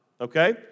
Okay